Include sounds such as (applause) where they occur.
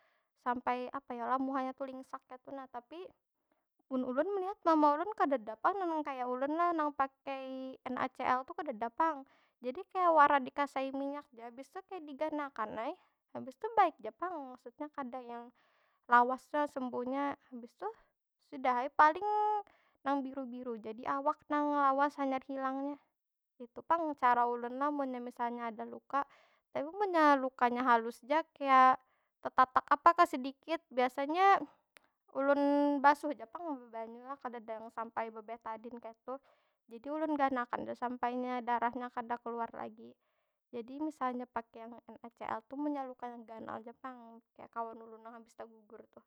Sampai apa yo lah? Muhanya tu lingsak kaytu nah. Tapi mun ulun melihat, mama ulun kadeda pang (unintelligible) kaya ulun, nang pakai nacl tu kadeda pang. Jadi kaya wara dikasai minyak ja. Habis tu kaya digana akan ai, habis tu baik ja pang. Maksudnya kada yang lawas lo sembuhnya. Habis tu sudah ai, paling nang biru- biru ja di awak nang lawas hanyar hilangnya. Itu pang cara ulun lah, munnya misalnya ada luka. Tapi munnya lukanya halus ja, kaya tetatak apa kah sedikit, biasanya ulun basuh ja pang bebebanyu lah. Kadeda yang sampai bebetadin kaytu. Jadi ulun ganakan ja sampai inya darahnya kada keluar lagi. Jadi misalnya yang pakai nacl tu munnya lukanya ganal ja pang, kaya kawan ulun nang habis tagugur tuh.